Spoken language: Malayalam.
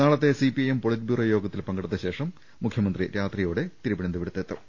നാളത്തെ സിപിഐഎം പൊളിറ്റ് ബ്യൂറോ യോഗത്തിൽ പങ്കെടുത്ത ശേഷം മുഖൃമന്ത്രി രാത്രിയോടെ തിരുവനന്തപുരത്ത് എത്തും